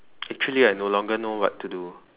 actually I no longer know what to do